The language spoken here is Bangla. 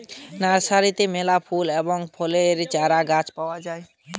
নার্সারিতে মেলা ফুল এবং ফলের চারাগাছ পাওয়া যায়